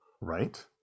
Right